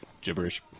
gibberish